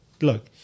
look